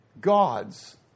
God's